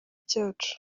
cyacu